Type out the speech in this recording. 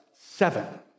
seven